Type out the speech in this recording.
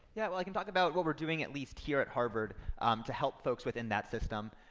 yeah, well, i can talk about what we're doing at least here at harvard um to help folks within that system.